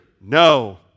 No